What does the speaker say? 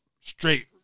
straight